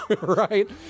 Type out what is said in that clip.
Right